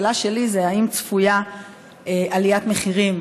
השאלה שלי היא האם צפויה עליית מחירים